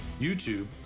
YouTube